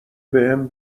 بهم